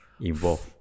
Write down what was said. involved